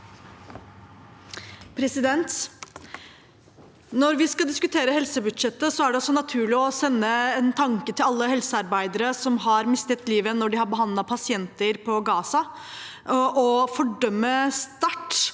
Når vi skal diskutere helsebudsjettet, er det naturlig å sende en tanke til alle helsearbeidere som har mistet livet når de har behandlet pasienter i Gaza, og sterkt